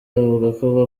avugako